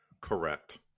Correct